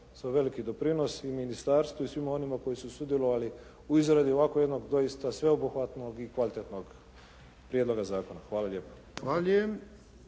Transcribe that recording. veliki doprinos i ministarstvu i svima onima koji su sudjelovali u izradi ovako jednog doista sveobuhvatnog i kvalitetnog prijedloga zakona. Hvala lijepo.